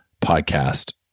podcast